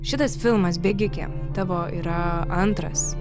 šitas filmas bėgike tavo yra antras